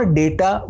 data